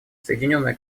соединенное